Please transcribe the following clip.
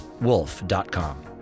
wolf.com